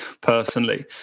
personally